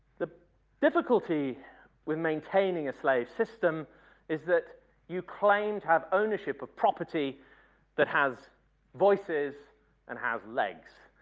the difficulty with maintaining a slave system is that you claim to have ownership of property that has voices and has legs.